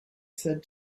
said